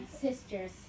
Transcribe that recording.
sisters